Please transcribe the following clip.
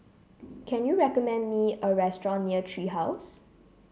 can you recommend me a restaurant near Tree House